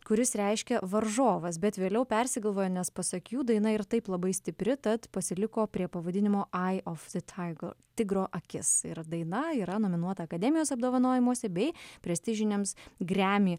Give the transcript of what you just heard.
kuris reiškia varžovas bet vėliau persigalvojo nes pasak jų daina ir taip labai stipri tad pasiliko prie pavadinimo ai of e taiga tigro akis yra daina yra nominuota akademijos apdovanojimuose bei prestižiniams gremi